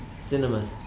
cinemas